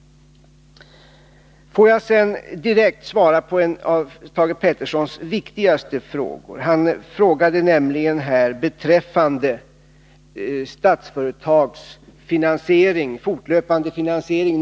Får jag sedan direkt svara på en av Thage Petersons viktigaste frågor, nämligen beträffande Statsföretags fortlöpande finansiering.